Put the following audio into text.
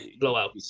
Blowout